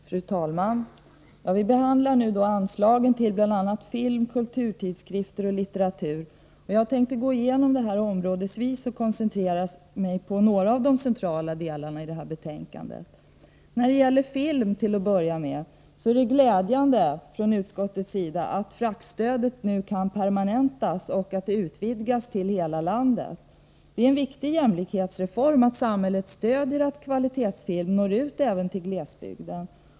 Fru talman! Vi behandlar nu anslagen till bl.a. film, kulturtidskrifter och litteratur. Jag tänkte gå igenom detta områdesvis och koncentrera mig på några av de centrala delarna i betänkandet. Beträffande film anser utskottet att det är glädjande att fraktstödet nu kan permanentas och att det utvidgas till att gälla hela landet. Det är en viktig jämlikhetsreform att samhället bidrar till att kvalitetsfilm kan nå ut även till glesbygden.